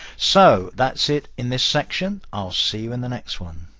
so that's it in this section. i'll see you in the next one.